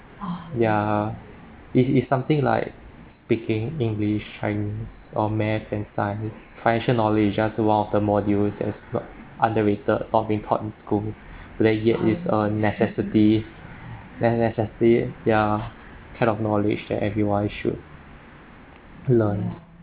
ya it is something like speaking english chinese or math and science financial knowledge just the one of the modules that's far underrated unimportant in school but yet is a necessity necessity ya kind of knowledge that everyone should learn